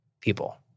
people